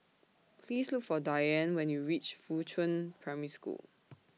Please Look For Diann when YOU REACH Fuchun Primary School